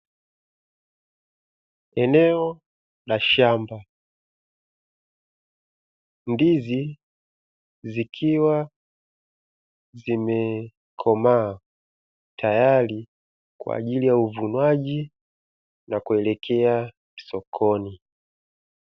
Eneo la shamba, ndizi zikiwa zimekomaa tayari kwa ajili ya uvunwaji na kuelekea sokoni.